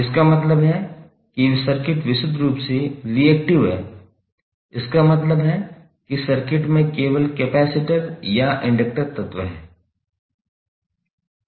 इसका मतलब है कि सर्किट विशुद्ध रूप से रिएक्टिव है इसका मतलब है कि सर्किट में केवल कपैसिटर या इंडक्टर तत्व हैं